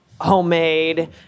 homemade